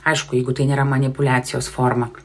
aišku jeigu tai nėra manipuliacijos forma